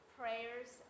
prayers